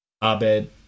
Abed